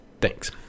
Thanks